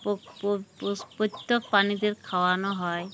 প্রত্যেক প্রাণীদের খাওয়ানো হয়